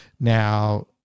Now